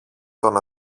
τον